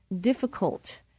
difficult